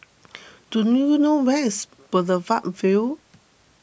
do you know where is Boulevard Vue